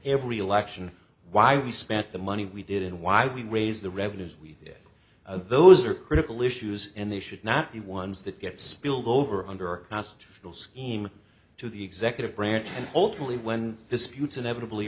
every election why we spent the money we did and why we raised the revenues we did those are critical issues and they should not be ones that get spilled over under a constitutional scheme to the executive branch and ultimately when disputes inevitably